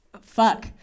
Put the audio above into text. Fuck